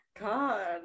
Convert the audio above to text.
God